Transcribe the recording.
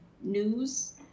news